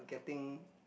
getting